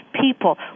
people